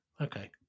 okay